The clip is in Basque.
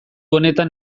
honetan